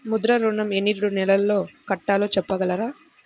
ముద్ర ఋణం ఎన్ని నెలల్లో కట్టలో చెప్పగలరా?